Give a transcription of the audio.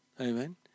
Amen